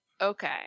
okay